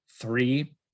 three